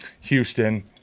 Houston